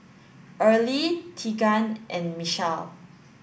Early Tegan and Michele